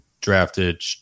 drafted